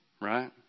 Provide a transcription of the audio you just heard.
right